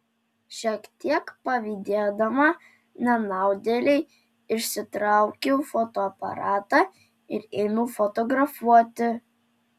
šiek tiek pavydėdama nenaudėlei išsitraukiau fotoaparatą ir ėmiau fotografuoti